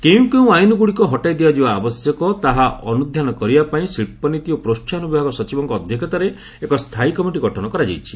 କେଉଁ କେଉଁ ଆଇନଗୁଡିକ ହଟାଇ ଦିଆଯିବା ଆବଶ୍ୟକ ତାହା ଅନୁଧ୍ଧାନ କରିବା ପାଇଁ ଶିଳ୍ପନୀତି ଓ ପ୍ରୋହାହନ ବିଭାଗ ସଚିବଙ୍କ ଅଧ୍ୟକ୍ଷତାରେ ଏକ ସ୍ଥାୟୀ କମିଟି ଗଠନ କରାଯାଇଛି